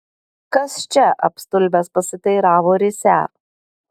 kas čia apstulbęs pasiteiravo risią